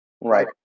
Right